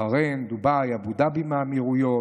בחריין, דובאי, אבו דאבי מהאמירויות.